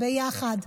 ביחד,